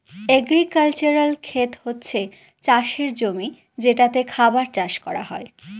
agricultural খেত হচ্ছে চাষের জমি যেটাতে খাবার চাষ করা হয়